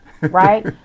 right